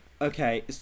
okay